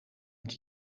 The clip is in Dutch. het